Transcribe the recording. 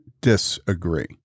disagree